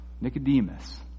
Nicodemus